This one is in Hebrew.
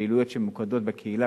פעילויות שממוקדות בקהילה,